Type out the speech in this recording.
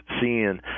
seeing